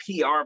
PR